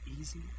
easy